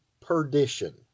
perdition